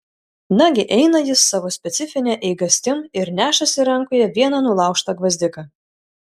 nagi eina jis savo specifine eigastim ir nešasi rankoje vieną nulaužtą gvazdiką